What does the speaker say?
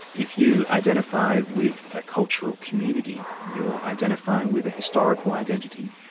if you identify with a cultural community you're identifying with a historical identity.